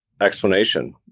explanation